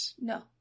No